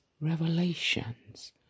revelations